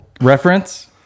reference